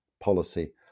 policy